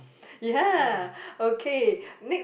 ya okay next